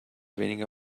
weniger